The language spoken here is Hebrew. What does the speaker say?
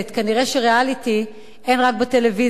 כנראה שריאליטי אין רק בטלוויזיה,